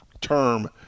term